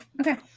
Okay